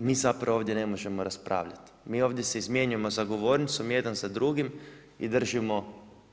Mi zapravo ovdje ne možemo raspravljati, mi ovdje se zamjenjujemo za govornicom jedan za drugim i držimo